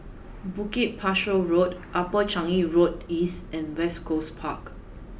Bukit Pasoh Road Upper Changi Road East and West Coast Park